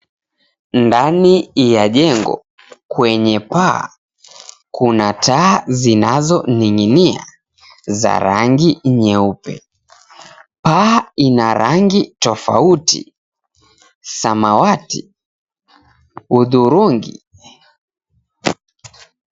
Ndani ya jengo kwenye paa kuna taa zinazoning'inia za rangi nyeupe. Paa ina rangi tofauti: samawati, hudhurungi.